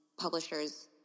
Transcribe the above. publishers